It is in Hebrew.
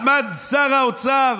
עמד שר האוצר,